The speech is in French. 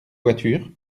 voiture